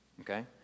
Okay